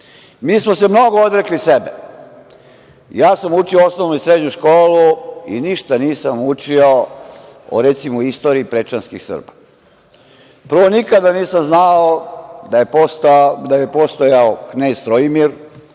smo se mnogo odrekli sebe. Ja sam učio osnovnu i srednju školu i ništa nisam učio o, recimo, istoriji prečanskih Srba. Prvo, nikada nisam znao da je postajao knez Strojimir,